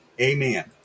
Amen